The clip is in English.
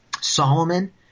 Solomon